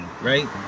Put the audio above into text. Right